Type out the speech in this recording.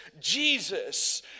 Jesus